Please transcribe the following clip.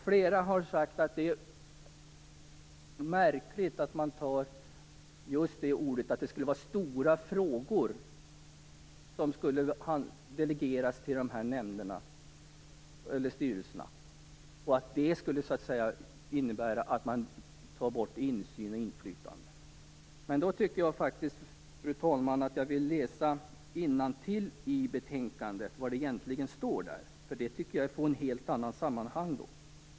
Flera har sagt att det är märkligt att det skulle vara stora frågor som delegeras och att det innebär att man tar bort insyn och inflytande. Fru talman! Jag vill läsa innantill i betänkandet vad som egentligen står. Då blir sammanhanget ett helt annat.